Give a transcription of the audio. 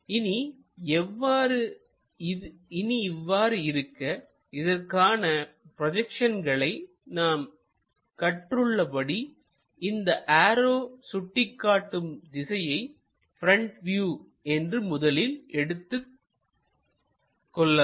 இது இவ்வாறு இருக்கஇதற்கான ப்ரொஜெக்ஷன்களை நாம் கற்று உள்ளபடி இந்த ஆரோ சுட்டிக்காட்டும் திசையை ப்ரெண்ட் வியூ என்று முதலில் எடுத்துக் கொள்ளலாம்